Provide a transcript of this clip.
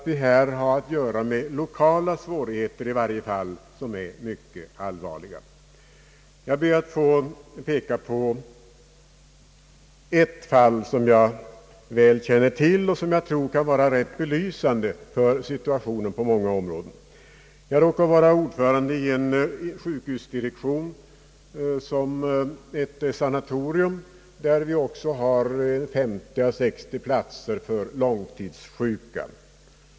Vi har här att göra med i varje fall lokala svårigheter som är mycket allvarliga. Jag ber att få peka på ett fall som jag väl känner till och som jag tycker kan vara rätt belysande för den situation som råder på många håll. Jag är ordförande i direktionen för ett sanatorium, där det också finns 50 åa 60 platser för långtidssjuka.